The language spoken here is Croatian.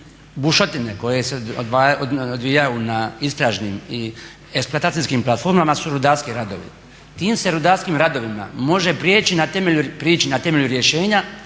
bušotine koje se odvijaju na istražnim i eksploatacijskim platformama su rudarski radovi. Tim se rudarskim radovima može prići na temelju rješenja,